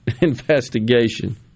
investigation